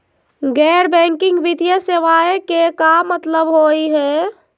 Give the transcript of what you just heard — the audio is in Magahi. गैर बैंकिंग वित्तीय सेवाएं के का मतलब होई हे?